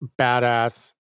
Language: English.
badass